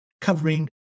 covering